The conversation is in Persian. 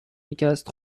شکست